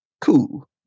Cool